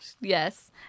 Yes